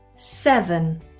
Seven